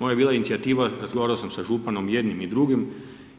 Moja je bila inicijativa, razgovarao sam sa županom jednim i drugim